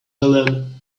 helen